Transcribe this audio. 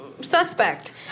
suspect